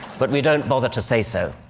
but we don't bother to say so.